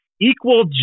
Equal